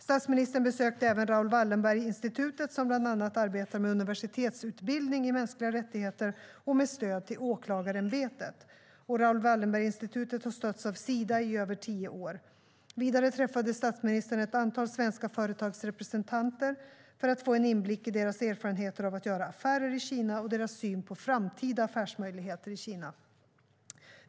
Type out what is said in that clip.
Statsministern besökte även Raoul Wallenberg-institutet, som bland annat arbetar med universitetsutbildning i mänskliga rättigheter och med stöd till åklagarämbetet. Raoul Wallenberg-institutet har stötts av Sida i över tio år. Vidare träffade statsministern ett antal svenska företagsrepresentanter för att få en inblick i deras erfarenheter av att göra affärer i Kina och deras syn på framtida affärsmöjligheter i Kina.